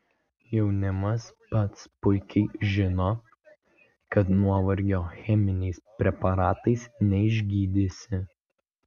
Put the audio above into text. jaunimas pats puikiai žino kad nuovargio cheminiais preparatais neišgydysi